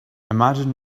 imagine